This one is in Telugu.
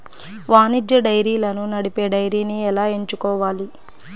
వాణిజ్య డైరీలను నడిపే డైరీని ఎలా ఎంచుకోవాలి?